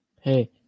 hey